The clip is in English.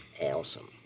Awesome